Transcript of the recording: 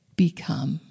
become